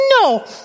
no